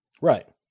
Right